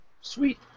Sweet